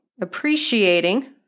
Appreciating